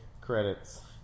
credits